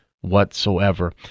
whatsoever